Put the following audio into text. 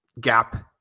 gap